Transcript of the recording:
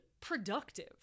productive